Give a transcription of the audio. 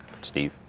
Steve